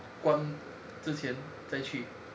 关之前再去